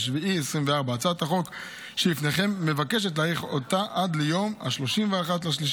ביולי 2024. הצעת החוק שלפניכם מבקשת להאריך אותה עד ליום 31 במרץ